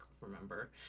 remember